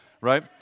right